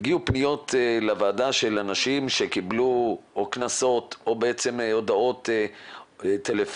הגיעו פניות לוועדה של אנשים שקיבלו או קנסות או הודעות טלפוניות,